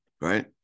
right